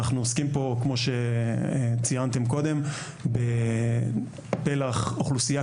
אנחנו עוסקים פה כמו שציינתם קודם בפלח אוכלוסייה